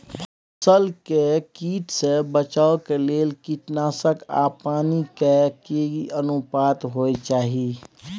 फसल के कीट से बचाव के लेल कीटनासक आ पानी के की अनुपात होय चाही?